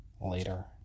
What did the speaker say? later